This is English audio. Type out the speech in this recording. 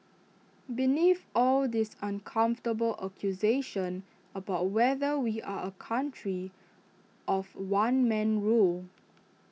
beneath all this uncomfortable accusation about whether we are A country of one man rule